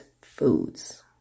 foods